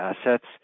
assets